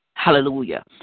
hallelujah